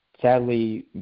sadly